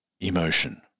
Emotion